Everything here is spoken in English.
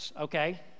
okay